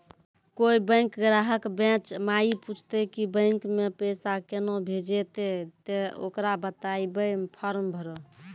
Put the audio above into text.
कोय बैंक ग्राहक बेंच माई पुछते की बैंक मे पेसा केना भेजेते ते ओकरा बताइबै फॉर्म भरो